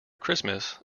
christmas